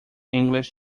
english